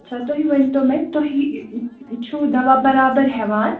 اچھا تُہۍ ؤنتو مےٚ تُہۍ چھِوٕ دَوا بَرابَر ہیٚوان